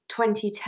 2010